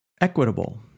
equitable